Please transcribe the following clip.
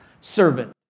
servant